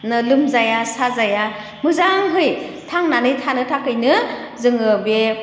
लोमजाया साजाया मोजांहै थांनानै थानो थाखैनो जोङो बे